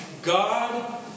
God